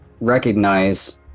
recognize